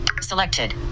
selected